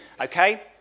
okay